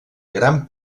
gran